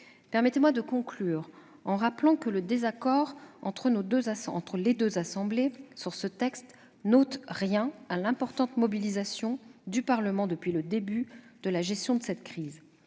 Permettez-moi de conclure en rappelant que le désaccord entre les deux assemblées sur ce texte n'ôte rien à l'importante mobilisation du Parlement depuis le début de la gestion de cette crise.